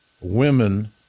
women